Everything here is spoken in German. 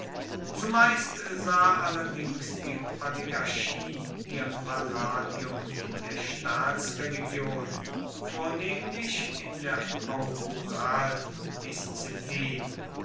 zumeist sah allerdings die oligarchie ihr palladium in der staatsreligion vornehmlich in der